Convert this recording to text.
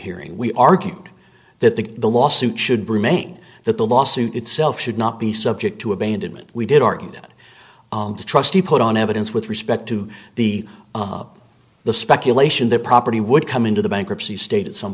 hearing we argued that the the lawsuit should remain that the lawsuit itself should not be subject to abandonment we did argue that the trustee put on evidence with respect to the the speculation the property would come into the bankruptcy state at some